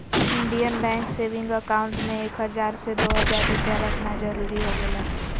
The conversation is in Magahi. इंडियन बैंक सेविंग अकाउंट में एक हजार से दो हजार रुपया रखना जरूरी हो गेलय